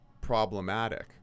problematic